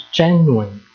genuine